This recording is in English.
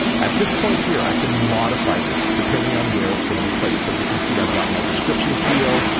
at this point here, i can modify this depending on where it's going to be placed. but you can see i've got my description field.